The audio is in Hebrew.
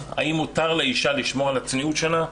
האם מותר לאישה לשמור על הצניעות שלה?